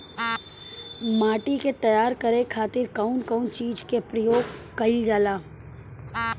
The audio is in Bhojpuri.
माटी के तैयार करे खातिर कउन कउन चीज के प्रयोग कइल जाला?